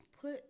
put